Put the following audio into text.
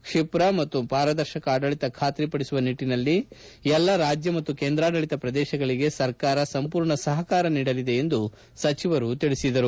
ಕ್ಷಿಪ್ರ ಮತ್ತು ಪಾರದರ್ಶಕ ಆಡಳಿತ ಖಾತರಿಪಡಿಸುವ ನಿಟ್ಟನಲ್ಲಿ ಎಲ್ಲ ರಾಜ್ಯ ಮತ್ತು ಕೇಂದ್ರಾಡಳಿತ ಪ್ರದೇಶಗಳಿಗೆ ಸರ್ಕಾರ ಸಂಪೂರ್ಣ ಸಹಕಾರ ನೀಡಲಿದೆ ಎಂದು ಅವರು ತಿಳಿಸಿದರು